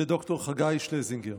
וד"ר חגי שלזינגר: